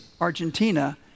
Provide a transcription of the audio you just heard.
Argentina